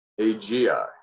AGI